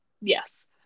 Yes